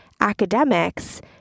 academics